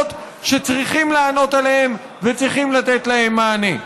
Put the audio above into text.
שצריכים לענות עליהן וצריכים לתת להן מענה.